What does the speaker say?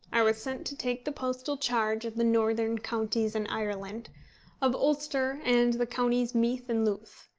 i was sent to take the postal charge of the northern counties in ireland of ulster, and the counties meath and louth.